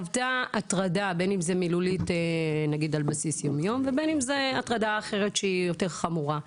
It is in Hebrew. שחוותה הטרדה מילולית על בסיס יום יומי או הטרדה אחרת יותר חמורה.